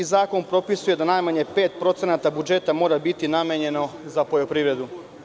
Zakon propisuje da najmanje 5% budžeta mora biti namenjeno za poljoprivredu.